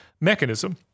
mechanism